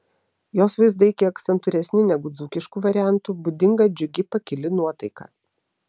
jos vaizdai kiek santūresni negu dzūkiškų variantų būdinga džiugi pakili nuotaika